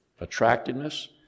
attractiveness